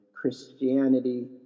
Christianity